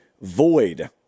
void